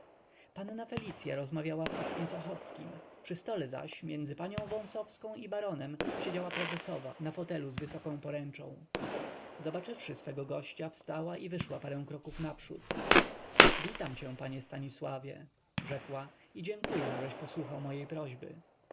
panna felicya rozmawiała w oknie z ochockim przy stole zaś między panią wąsowską i baronem siedziała prezesowa na fotelu z wysoką poręczą zobaczywszy swego gościa wstała i wyszła parę kroków naprzód witam cię panie stanisławie rzekła i dziękuję żeś posłuchał mojej prośby